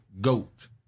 Goat